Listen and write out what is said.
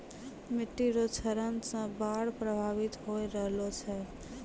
मिट्टी रो क्षरण से बाढ़ प्रभावित होय रहलो छै